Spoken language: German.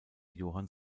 johann